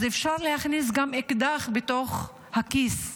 אפשר להכניס גם אקדח בתוך הכיס.